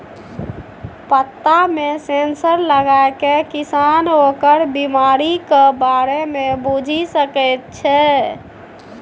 पत्तामे सेंसर लगाकए किसान ओकर बिमारीक बारे मे बुझि सकैत छै